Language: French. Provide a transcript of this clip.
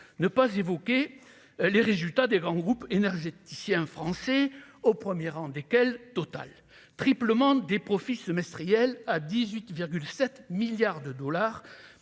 ne pas évoquer les résultats des grands groupes énergéticien français au 1er rang desquels Total triplement des profits semestriels à 18 7 milliards de dollars